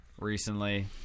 recently